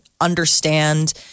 understand